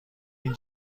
این